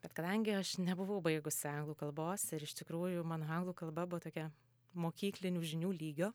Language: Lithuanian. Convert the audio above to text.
bet kadangi aš nebuvau baigusi anglų kalbos ir iš tikrųjų mano anglų kalba buvo tokia mokyklinių žinių lygio